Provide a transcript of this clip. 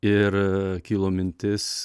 ir kilo mintis